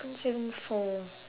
one seven four